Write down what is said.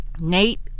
Nate